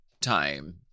time